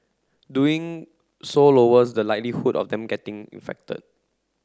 doing so lowers the likelihood of them getting infected